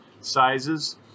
sizes